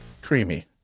Creamy